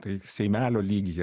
tai seimelio lygyje